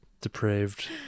depraved